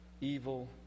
evil